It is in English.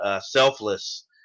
selfless